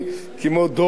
אבל אני כן חברתי,